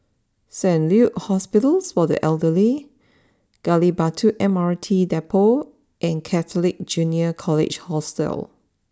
Saint Luke's Hospital for the Elderly Gali Batu M R T Depot and Catholic Junior College Hostel